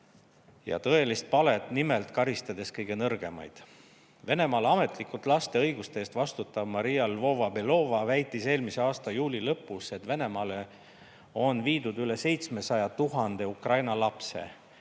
ja tõelist palet, karistades kõige nõrgemaid. Venemaal ametlikult laste õiguste eest vastutav Maria Lvova-Belova väitis eelmise aasta juuli lõpus, et Venemaale on viidud üle 700 000 Ukraina lapse,